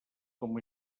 com